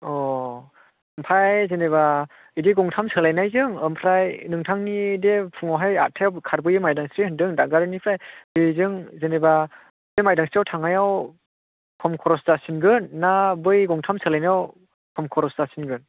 अ ओमफाय जेनेबा बिदि गंथाम सोलायनायजों ओमफ्राय नोंथांनि दे फुङावहाय आठथायाव खारबोयो मायदांस्रि होनदों दागगारिनिफ्राय बेजों जेनेबा बे मायदांस्रिआव थांनायाव खम खरस जासिनगोन ना बै गंथाम सोलायनायाव खम खरस जासिनगोन